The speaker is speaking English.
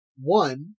one